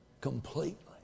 completely